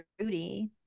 Rudy